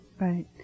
Right